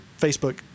Facebook